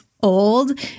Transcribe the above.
old